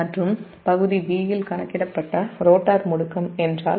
மற்றும் இ பகுதி b இல் கணக்கிடப்பட்ட ரோட்டார் முடுக்கம் என்றால்